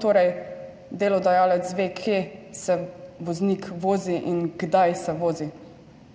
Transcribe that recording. torej delodajalec ve, kje se voznik vozi in kdaj se vozi?